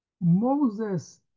Moses